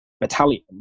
battalion